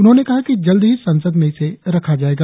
उन्होंने कहा कि जल्द ही संसद में इसे रखा जाएगा